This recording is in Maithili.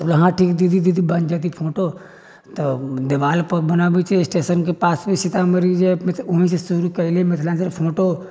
तऽ हँ ठीक दीदी बन जेतै फोटो तऽ देवाल पऽ बनऽबैत छै स्टेशनके पासमे सीतामढ़ी जे वहींँ से शुरू कयली मिथिलाञ्चल फोटो